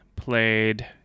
played